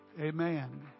Amen